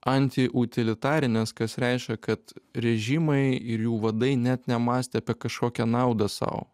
antiutilitarinės kas reiškia kad režimai ir jų vadai net nemąstė apie kažkokią naudą sau